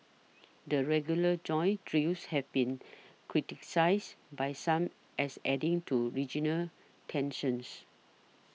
the regular joint drills have been criticised by some as adding to regional tensions